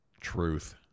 Truth